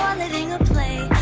living a play